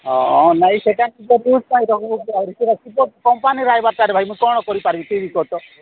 ହ ନାଇ ସେଟା କମ୍ପାନୀର ଆସିବରେ ଭାଇ ମୁଁ କ'ଣ କରିପାରିବି ତୁ କହ ତ